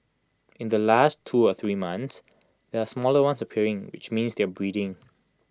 in the last two to three months there are smaller ones appearing which means they are breeding